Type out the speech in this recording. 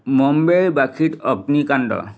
মুম্বাইৰ ৱাসীত অগ্নিকাণ্ড